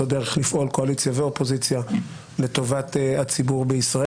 דרך לפעול קואליציה ואופוזיציה לטובת הציבור בישראל.